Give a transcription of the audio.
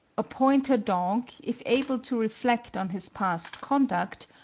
a pointer dog, if able to reflect on his past conduct,